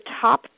top